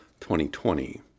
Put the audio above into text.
2020